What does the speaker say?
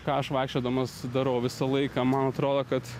ką aš vaikščiodamas darau visą laiką man atrodo kad